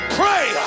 pray